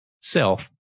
Self